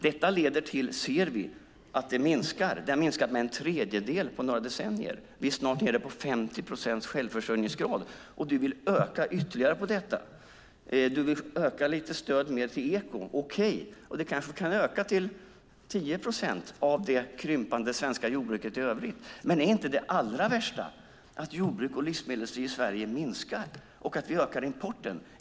Detta leder till att det minskar. Det har minskat med en tredjedel på några decennier. Vi är snart nere på 50 procents självförsörjningsgrad. Du vill öka belastningen ytterligare på detta. Du vill ge lite mer stöd till ekoproduktion. Okej, det kan kanske öka till 10 procent av det krympande svenska jordbruket i övrigt. Men är inte det allra värsta att jordbruket och livsmedelsindustrin i Sverige minskar och att vi ökar importen?